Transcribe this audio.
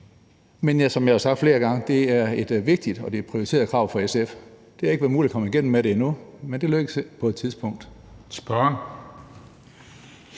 men som jeg har sagt flere gange, er det et vigtigt og prioriteret krav fra SF's side. Det har ikke været muligt at komme igennem med det endnu, men det lykkes sikkert på et tidspunkt.